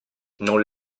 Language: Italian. non